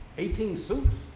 eighteen suits.